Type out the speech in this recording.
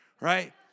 right